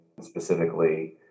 Specifically